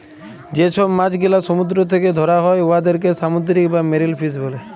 যে ছব মাছ গেলা সমুদ্দুর থ্যাকে ধ্যরা হ্যয় উয়াদেরকে সামুদ্দিরিক বা মেরিল ফিস ব্যলে